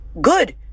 Good